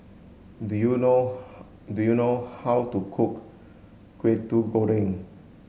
do you know do you know how to cook Kwetiau Goreng